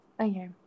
okay